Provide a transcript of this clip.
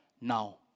now